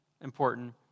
important